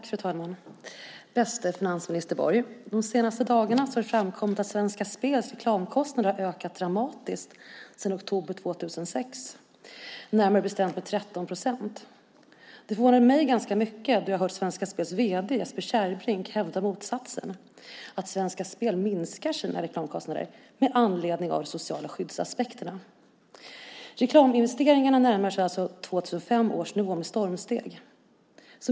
Fru talman! Bäste finansminister Borg! De senaste dagarna har det framkommit att Svenska Spels reklamkostnader har ökat dramatiskt sedan oktober 2006, närmare bestämt med 13 procent. Det förvånar mig ganska mycket då jag hört Svenska Spels vd Jesper Kärrbrink hävda motsatsen, att Svenska Spel minskar sina reklamkostnader med anledning av de sociala skyddsaspekterna. Reklaminvesteringarna närmar sig 2005 års nivå med stormsteg.